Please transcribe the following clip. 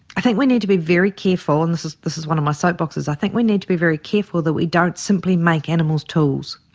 i think we need to be very careful, and this is this is one of my soapboxes, i think we need to be very careful that we don't simply make animals tools.